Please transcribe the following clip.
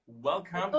Welcome